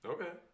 Okay